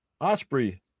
Osprey